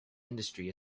industry